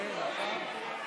תראו,